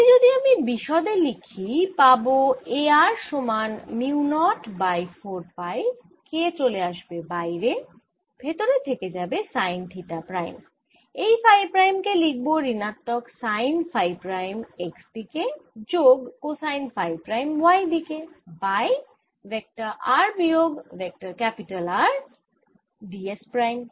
এটি যদি আমি বিশদে লিখি পাবো A r সমান mu naught by 4 pi K চলে আসবে বাইরে ভেতরে থেকে যাবে সাইন থিটা প্রাইম এই ফাই প্রাইম কে লিখব ঋণাত্মক সাইন ফাই প্রাইম x দিকে যোগ কোসাইন ফাই প্রাইম y দিকে বাই ভেক্টর r বিয়োগ vector R d s prime